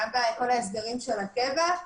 גם בכל הסדרי הקבע,